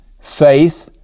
Faith